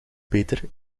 beter